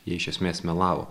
jie iš esmės melavo